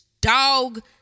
dog